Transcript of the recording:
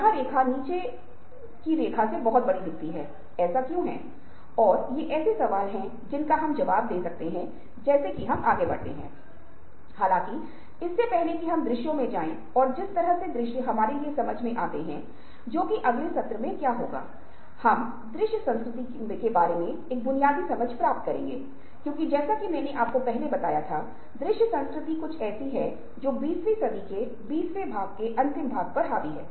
गहन विचारक कई प्रक्रियाओं का उपयोग करते हैं प्रक्रियाओं में प्रश्न पूछना निर्णय करना और मान्यताओं की पहचान करना शामिल है